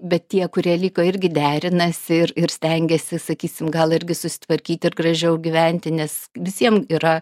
bet tie kurie liko irgi derinasi ir ir stengiasi sakysim gal irgi susitvarkyti ir gražiau gyventi nes visiem yra